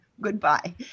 Goodbye